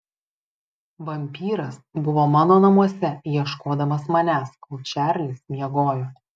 vampyras buvo mano namuose ieškodamas manęs kol čarlis miegojo